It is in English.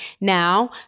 Now